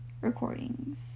recordings